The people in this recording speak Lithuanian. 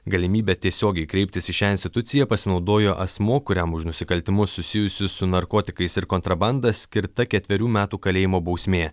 galimybe tiesiogiai kreiptis į šią instituciją pasinaudojo asmuo kuriam už nusikaltimus susijusius su narkotikais ir kontrabanda skirta ketverių metų kalėjimo bausmė